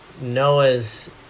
Noah's